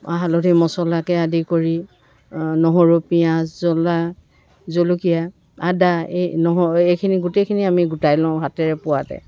হালধি মছলাকে আদি কৰি নহৰু পিঁয়াজ জলা জলকীয়া আদা এই নহ এইখিনি গোটেইখিনি আমি গোটাই লওঁ হাতেৰে পোৱাতে